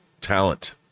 talent